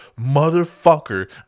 motherfucker